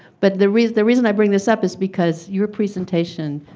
but the reason the reason i bring this up is because your presentation